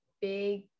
big